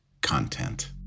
content